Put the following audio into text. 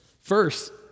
First